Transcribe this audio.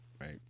right